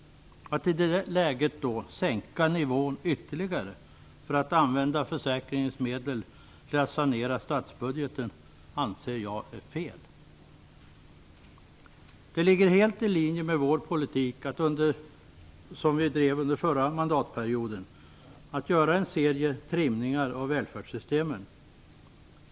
Att i detta läge sänka nivån ytterligare för att använda försäkringens medel till att sanera statsbudgeten anser jag vara fel. Det ligger helt i linje med vår politik att, som under den förra mandatperioden, göra en serie trimningar av välfärdssystemen.